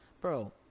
bro